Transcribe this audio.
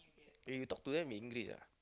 eh you talk to them in English ah